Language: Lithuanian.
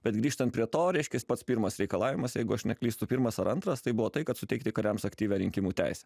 bet grįžtant prie to reiškias pats pirmas reikalavimas jeigu aš neklystu pirmas ar antras tai buvo tai kad suteikti kariams aktyvią rinkimų teisę